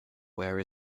where